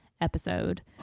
episode